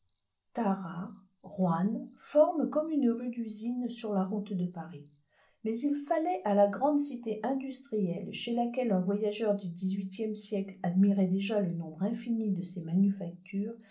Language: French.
tarare roanne forment comme une rue d'usines sur la route de paris mais il fallait à la grande cité industrielle chez laquelle un voyageur du dix-huitième siècle admirait déjà le nombre infini de ses manufactures